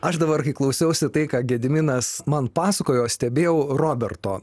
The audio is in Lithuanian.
aš dabar kai klausiausi tai ką gediminas man pasakojo stebėjau roberto